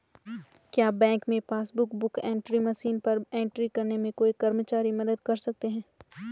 क्या बैंक में passbook book entry machine पर एंट्री करने में कोई कर्मचारी मदद कर सकते हैं?